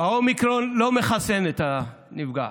האומיקרון לא מחסן את הנפגע.